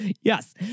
yes